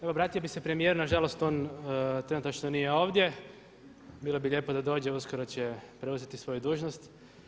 Evo obratio bi se premijeru, nažalost on trenutačno nije ovdje, bilo bi lijepo da dođe, uskoro će preuzeti svoju dužnost.